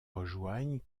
rejoignent